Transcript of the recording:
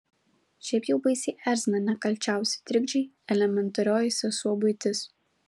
šiaip jau baisiai erzina nekalčiausi trikdžiai elementarioji sesuo buitis